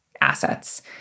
assets